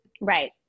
Right